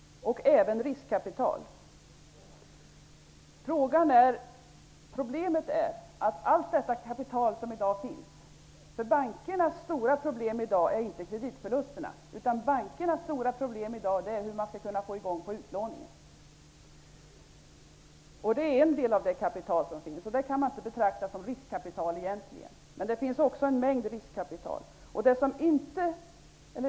Det gäller även riskkapital. Bankernas stora problem i dag är inte kreditförlusterna. Bankernas stora problem i dag är hur de skall kunna få i gång utlåningen. Detta gäller en del av det kapital som finns. Det kan man egentligen inte betrakta som riskkapital. Det finns också en mängd riskkapital.